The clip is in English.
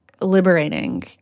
liberating